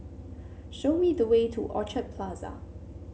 show me the way to Orchard Plaza